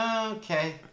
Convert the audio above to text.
okay